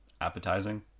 appetizing